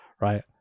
right